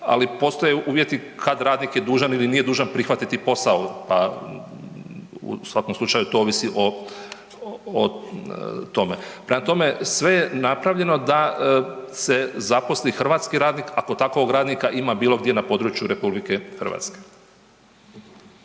Ali, postoje uvjeti kad radnik je dužan ili nije dužan prihvatiti posao u, pa, u svakom slučaju to ovisi o tome. Prema tome, sve je napravljeno da se zaposli hrvatski radnik, ako takvog radnika ima bilo gdje na području RH.